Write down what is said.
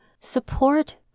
support